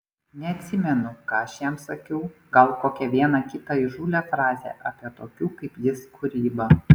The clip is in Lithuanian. neatsimenu ką aš jam sakiau gal kokią vieną kitą įžūlią frazę apie tokių kaip jis kūrybą